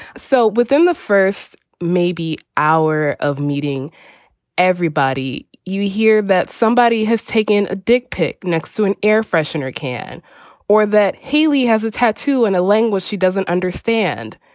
so within the first maybe hour of meeting everybody, you hear that somebody has taken a dick pic next to an air freshener can or that haley has a tattoo in a language she doesn't understand,